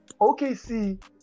OKC